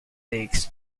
takes